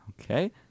Okay